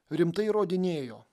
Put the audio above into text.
rimtai įrodinėjo